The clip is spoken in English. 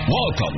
Welcome